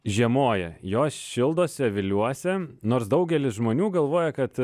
žiemoja jos šildosi aviliuose nors daugelis žmonių galvoja kad